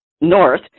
north